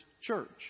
church